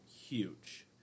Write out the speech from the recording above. huge